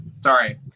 Sorry